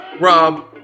Rob